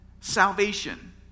salvation